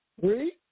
Three